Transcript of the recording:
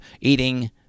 eating